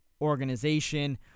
organization